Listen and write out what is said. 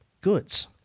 goods